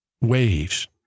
waves